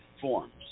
forms